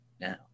now